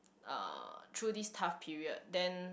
uh through this tough period then